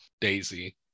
Daisy